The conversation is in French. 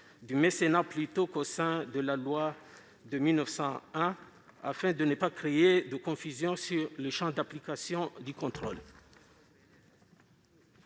du mécénat plutôt qu'au sein de la loi de 1901, afin de ne pas créer de confusion sur le champ d'application du contrôle.